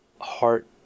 heart